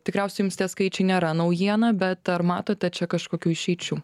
tikriausiai jums tie skaičiai nėra naujiena bet ar matote čia kažkokių išeičių